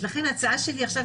לכן ההצעה שלי עכשיו,